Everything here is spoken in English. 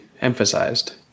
emphasized